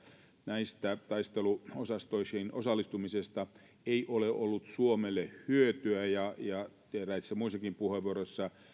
näistä taisteluosastoihin osallistumisista ei ole ollut suomelle hyötyä ja muissakin puheenvuoroissa